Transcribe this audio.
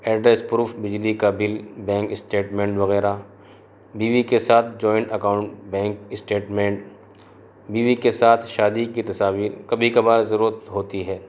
address proof بجلی کا bill bank statement وغیرہ بیوی کے ساتھ جوائنٹ اکاؤنٹ بینک اسٹیٹمنٹ بیوی کے ساتھ شادی کی تصاویر کبھی کبھار ضرورت ہوتی ہے